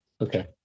Okay